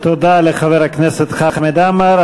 תודה לחבר הכנסת חמד עמאר.